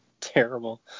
Terrible